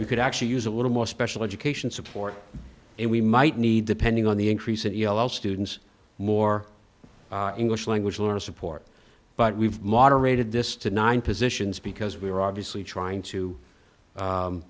we could actually use a little more special education support and we might need depending on the increase and yellow students more english language learners support but we've moderated this to nine positions because we are obviously trying to